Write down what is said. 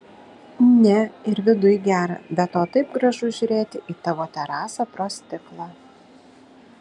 ne ir viduj gera be to taip gražu žiūrėti į tavo terasą pro stiklą